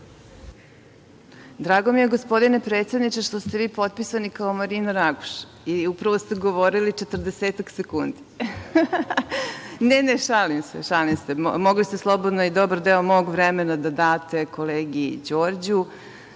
Drago mi je, gospodine predsedniče, što ste vi potpisani kao Marina Raguš i upravo ste govorili četrdesetak sekundi. Mogli ste slobodno i dobar deo mog vremena da date kolegi Đorđu.